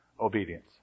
obedience